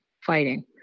fighting